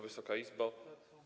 Wysoka Izbo!